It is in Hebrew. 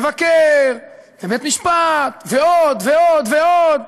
מבקר, ובית משפט, ועוד ועוד ועוד.